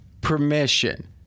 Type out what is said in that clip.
permission